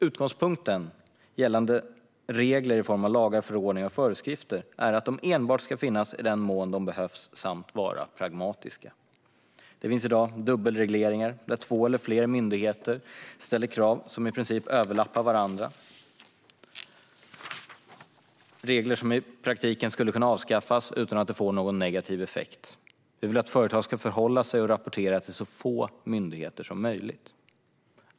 Utgångspunkten gällande regler i form av lagar, förordningar och föreskrifter är att de enbart ska finnas i den mån de behövs samt vara pragmatiska. Det finns i dag dubbelregleringar där två eller fler myndigheter ställer krav som i princip överlappar varandra, och det finns regler som i praktiken skulle kunna avskaffas utan att det får någon negativ effekt. Vi vill att företag ska förhålla sig och rapportera till så få myndigheter som möjligt.